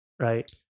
Right